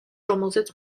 რომელზეც